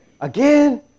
Again